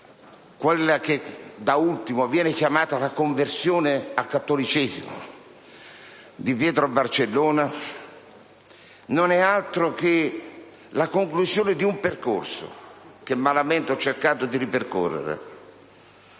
quella che da ultimo viene chiamata la conversione al cattolicesimo di Pietro Barcellona, non è altro che un percorso, che malamente ho cercato di ripercorrere,